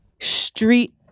street